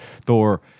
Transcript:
Thor